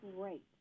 great